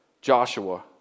Joshua